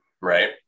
right